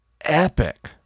epic